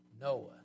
Noah